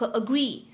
agree